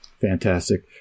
Fantastic